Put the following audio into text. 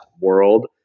world